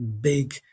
big